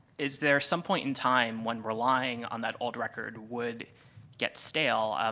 is there some point in time when relying on that old record would get stale?